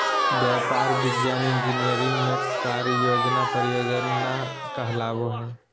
व्यापार, विज्ञान, इंजीनियरिंग में कार्य योजना परियोजना कहलाबो हइ